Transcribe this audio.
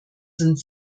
sind